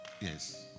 Yes